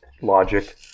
logic